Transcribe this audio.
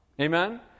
amen